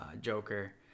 Joker